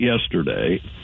yesterday